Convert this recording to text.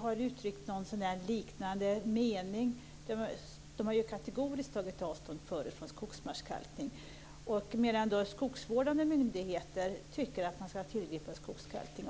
har uttryckt en liknande mening. Där har man förut kategoriskt tagit avstånd från skogsmarkskalkning, medan skogsvårdande myndigheter tycker att man ska tillgripa skogskalkning.